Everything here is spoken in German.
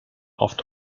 oft